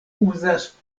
uzas